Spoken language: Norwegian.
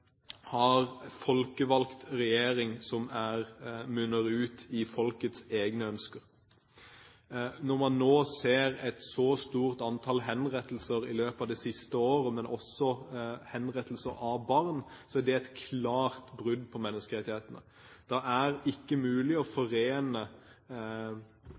har en folkevalgt regjering som munner ut i folkets egne ønsker. Man har sett et stort antall henrettelser i løpet av det siste året, også henrettelser av barn, og det er et klart brudd på menneskerettighetene. Respekt for det enkelte mennesket er ikke mulig å